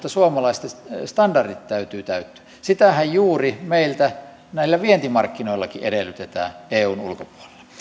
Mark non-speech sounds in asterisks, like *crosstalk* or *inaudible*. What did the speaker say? *unintelligible* suomalaisten standardien täytyy täyttyä olkoon mistä maasta hyvänsä sitähän juuri meiltä näillä vientimarkkinoillakin edellytetään eun ulkopuolella